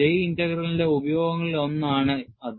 J ഇന്റഗ്രലിന്റെ ഉപയോഗങ്ങളിലൊന്നാണ് അത്